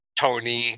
Tony